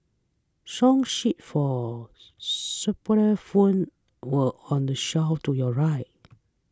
song sheets for xylophones were on the shelf to your right